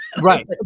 Right